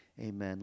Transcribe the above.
Amen